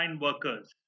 workers